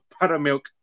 buttermilk